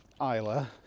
Isla